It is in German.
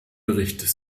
bericht